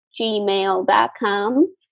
gmail.com